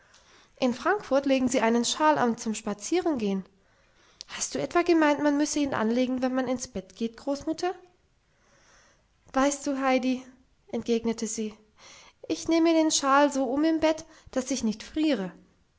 in frankfurt legen sie einen schal an zum spazierengehen hast du etwa gemeint man müsse ihn anlegen wenn man ins bett geht großmutter weißt du heidi entgegnete sie ich nehme den schal so um im bett daß ich nicht friere